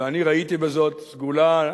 ואני ראיתי בזאת סגולה.